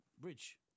Bridge